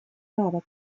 право